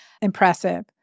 impressive